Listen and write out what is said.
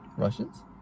Russians